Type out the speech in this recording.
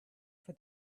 for